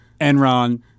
Enron